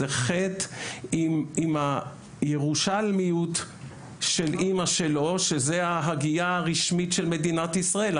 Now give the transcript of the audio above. זה ח' עם הירושלמיות של אמא שלו שזה ההגייה הרשמית של מדינת ישראל,